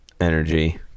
energy